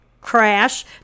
crash